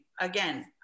again